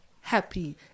happy